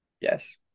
Yes